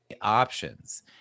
options